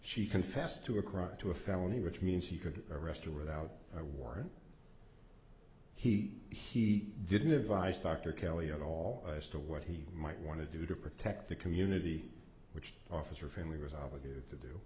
she confessed to a crime to a felony which means he could arrest her without a warrant he he didn't advise dr kelly at all as to what he might want to do to protect the community which officer friendly was obligated to do